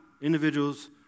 individuals